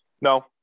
No